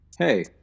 Hey